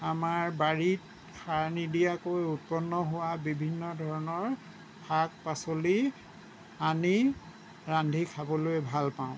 আমাৰ বাৰীত সাৰ নিদিয়াকৈ উৎপন্ন হোৱা বিভিন্ন ধৰণৰ শাক পাচলি আনি ৰান্ধি খাবলৈ ভাল পাওঁ